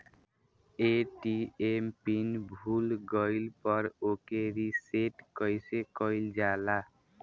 ATM pin भूल गईल पर ओके रीसेट कइसे कइल जाला?